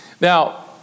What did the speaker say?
Now